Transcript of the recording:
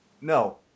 No